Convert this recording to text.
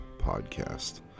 Podcast